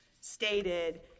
stated